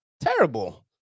terrible